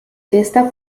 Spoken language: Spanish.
esta